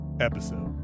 episode